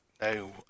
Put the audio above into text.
No